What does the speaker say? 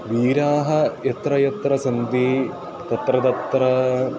वीराः यत्र यत्र सन्ति तत्र तत्र